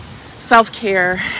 Self-care